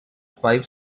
five